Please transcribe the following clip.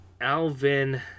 Alvin